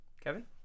Kevin